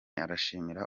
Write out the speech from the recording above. arashimirwa